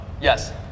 Yes